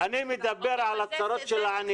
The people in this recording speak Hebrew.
אני מדבר על הצרות של העניים.